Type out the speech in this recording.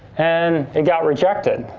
and it got rejected.